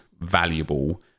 valuable